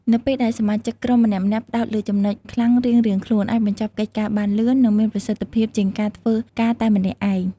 នៅពេលដែលសមាជិកក្រុមម្នាក់ៗផ្តោតលើចំណុចខ្លាំងរៀងៗខ្លួន អាចបញ្ចប់កិច្ចការបានលឿន និងមានប្រសិទ្ធភាពជាងការធ្វើការតែម្នាក់ឯង។